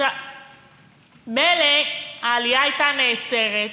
מילא העלייה הייתה נעצרת,